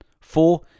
Four